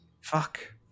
Fuck